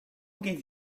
give